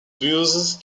buses